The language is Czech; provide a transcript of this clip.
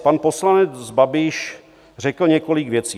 Pan poslanec Babiš řekl několik věcí.